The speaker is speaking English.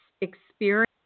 experience